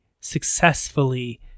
successfully